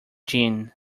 gin